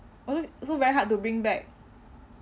also so very hard to bring back